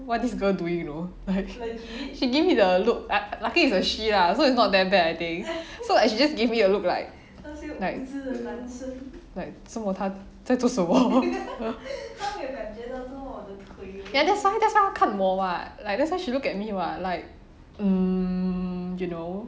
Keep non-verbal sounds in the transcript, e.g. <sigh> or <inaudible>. what this girl doing you know she give me the look err lucky it's a she lah so it's not that bad I think so she just give me a look like like like 做么她在做什么 <laughs> ya that's why that's why 她看我 [what] like that's why she looked at me [what] like um you know